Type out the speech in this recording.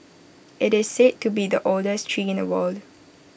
IT is said to be the oldest tree in the world